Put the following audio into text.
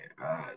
Okay